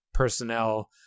personnel